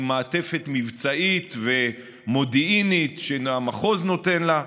עם מעטפת מבצעית ומודיעינית שהמחוז נותן לה.